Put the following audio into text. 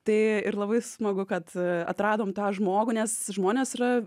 tai ir labai smagu kad atradom tą žmogų nes žmonės yra